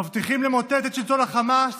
מבטיחים למוטט את שלטון החמאס